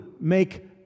make